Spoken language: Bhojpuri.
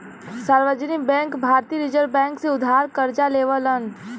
सार्वजनिक बैंक भारतीय रिज़र्व बैंक से उधार करजा लेवलन